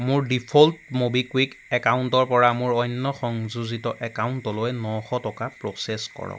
মোৰ default MobiKwik একাউণ্টৰ পৰা মোৰ অন্য সংযোজিত একাউণ্টলৈ নশ টকা প্ৰ'চেছ কৰক